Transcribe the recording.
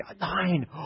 nine